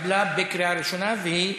התקבלה בקריאה ראשונה, והיא